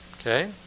okay